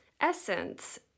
essence